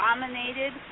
dominated